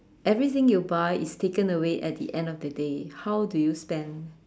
everything you buy is taken away at the end of the day how do you spend